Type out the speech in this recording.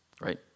Right